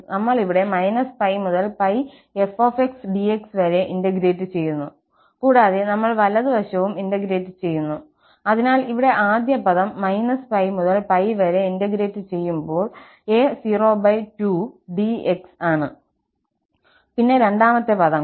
നമ്മൾ ഇവിടെ −π മുതൽ π f dx വരെ ഇന്റഗ്രേറ്റ് ചെയ്യുന്നു കൂടാതെ നമ്മൾ വലതു വശവും ഇന്റഗ്രേറ്റ് ചെയ്യുന്നു അതിനാൽ ഇവിടെ ആദ്യ പദം π മുതൽ π വരെ ഇന്റഗ്രേറ്റ് ചെയ്യുമ്പോൾa02dxആണ്പിന്നെ രണ്ടാമത്തെ പദം കൂടി